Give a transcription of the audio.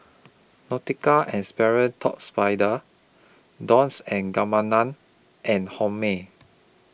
Nautica and Sperry Top Spider Dolce and Gabbana and Hormel